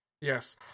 Yes